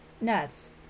nuts